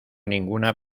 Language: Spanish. ninguna